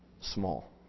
small